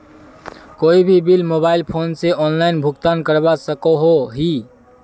कोई भी bill mobile phone से ऑनलाइन भुगतान करवा सकोहो ही?